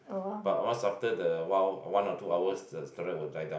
but once after the one one or two hour the steroid will die down